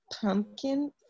pumpkin